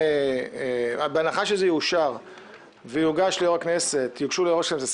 בהנחה שזה יאושר ויוגשו ליושב-ראש הכנסת 25